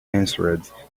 answered